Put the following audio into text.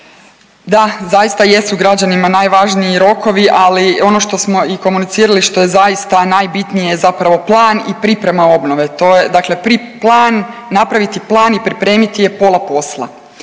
Da, zaista jesu građanima najvažniji rokovi, ali ono što smo i komunicirali što je zaista najbitnije zapravo plan i priprema obnove, dakle plan, napraviti plan i pripremiti je pola posla.